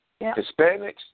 Hispanics